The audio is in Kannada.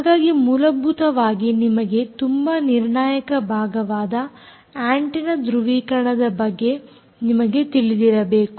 ಹಾಗಾಗಿ ಮೂಲಭೂತವಾಗಿ ನಿಮಗೆ ತುಂಬಾ ನಿರ್ಣಾಯಕ ಭಾಗವಾದ ಆಂಟೆನ್ನ ಧೃವೀಕರಣದ ಬಗ್ಗೆ ನಿಮಗೆ ತಿಳಿದಿರಬೇಕು